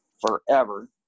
forever